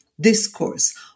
discourse